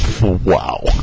Wow